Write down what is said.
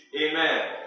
Amen